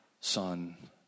son